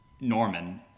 Norman